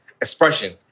expression